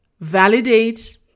Validate